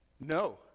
No